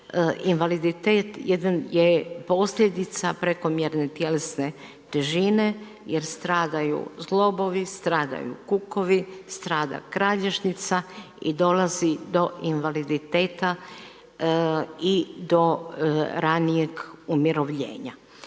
invaliditet jedan je posljedica prekomjerne tjelesne težine jer stradaju zglobovi, stradaju kukovi, strada kralježnica i dolazi do invaliditeta i do ranijeg umirovljenja.